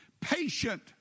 patient